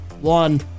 One